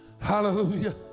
Hallelujah